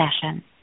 session